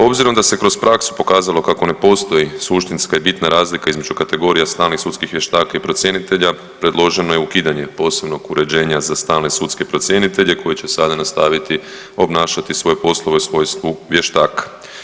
Obzirom da se kroz praksu pokazalo kako ne postoji suštinska i bitna razlika između kategorija stalnih sudskih vještaka i procjenitelja predloženo je ukidanje posebnog uređenja za stalne sudske procjenitelje koji će sada nastaviti obnašati svoje poslove u svojstvu vještaka.